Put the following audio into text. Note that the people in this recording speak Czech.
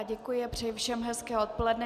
Děkuji a přeji všem hezké odpoledne.